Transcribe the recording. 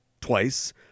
twice